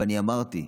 ואני אמרתי,